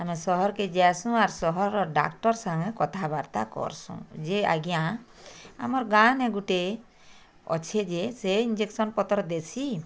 ଆମେ ସହର୍କେ ଯାଆସୁଁ ଅର ସହରର ଡ଼ାକ୍ଟର୍ ସାଙ୍ଗେ କଥାବାର୍ତ୍ତା କରସୁଁ ଯେ ଆଜ୍ଞା ଆମର୍ ଗାଁନେ ଗୋଟେ ଅଛି ଯେ ସେ ଇଞ୍ଜେକ୍ସନ୍ ପତର୍ ଦେସି